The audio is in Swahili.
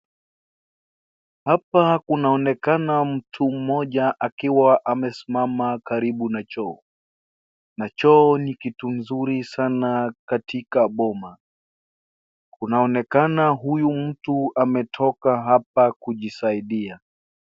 Hapa kunaonekana mtu mmoja akiwa amesimama karibu na choo, na choo ni kitu mzuri sana katika boma, kunaonekana huyu mtu ametoka hapa kujisaidia.